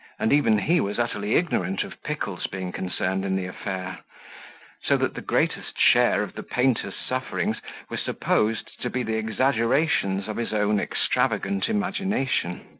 and even he was utterly ignorant of pickle's being concerned in the affair so that the greatest share of the painter's sufferings were supposed to be the exaggerations of his own extravagant imagination.